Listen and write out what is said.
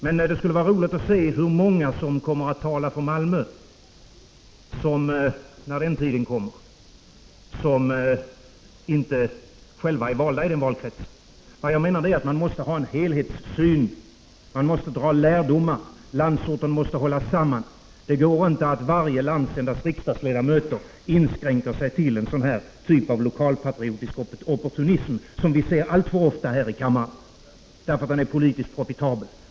Men det blir roligt att se hur många som kommer att tala för Malmö, när den tiden kommer, som inte själva är valda i den valkretsen. Vad jag menar är att man måste ha en helhetssyn, och man måste dra lärdomar. Landsorten måste hållas samman. Varje landsändas riksdagsledamöter kan inte inskränka sig till en sådan här typ av lokalpatriotisk opportunism som vi ser alltför ofta här i kammaren eftersom den är politiskt profitabel.